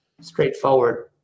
straightforward